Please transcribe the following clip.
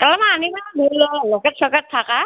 অলপমান আনিবা আৰু লকেট চকেট থকা